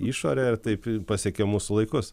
išorę ir taip pasiekė mūsų laikus